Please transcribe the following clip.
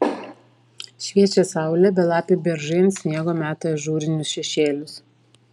šviečia saulė belapiai beržai ant sniego meta ažūrinius šešėlius